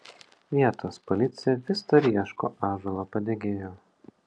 vietos policija vis dar ieško ąžuolo padegėjo